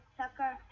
sucker